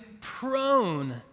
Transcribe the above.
prone